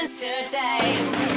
today